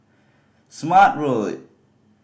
Smart Road